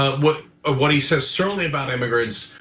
ah what ah what he says certainly about immigrants,